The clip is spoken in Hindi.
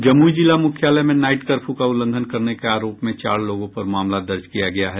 जमुई जिला मुख्यालय में नाइट कर्फ्यू का उल्लघंन करने के आरोप में चार लोगों पर मामला दर्ज किया गया है